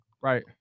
Right